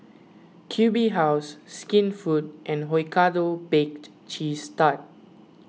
Q B House Skinfood and Hokkaido Baked Cheese Tart